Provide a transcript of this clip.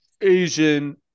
Asian